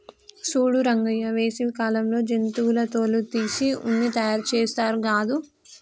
సూడు రంగయ్య వేసవి కాలంలో జంతువుల తోలు తీసి ఉన్ని తయారుచేస్తారు గాదు